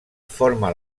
forma